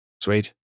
Sweet